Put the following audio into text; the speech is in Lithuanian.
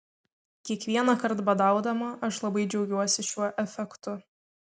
kiekvienąkart badaudama aš labai džiaugiuosi šiuo efektu